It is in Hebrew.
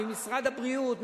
ממשרד הבריאות,